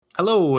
Hello